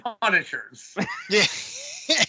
Punishers